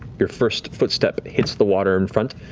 your first footstep hits the water in front,